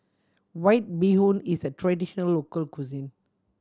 White Bee Hoon is a traditional local cuisine